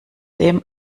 dem